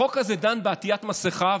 החוק הזה דן בעטיית מסכה,